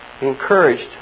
Encouraged